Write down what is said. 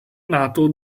nato